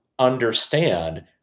understand